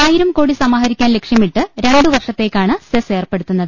ആയിരം കോടി സമാഹരിക്കാൻ ലക്ഷ്യമിട്ട് രണ്ടുവർഷത്തേ ക്കാണ് സെസ് ഏർപ്പെടുത്തുന്നത്